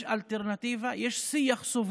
יש אלטרנטיבה, יש שיח סובלני,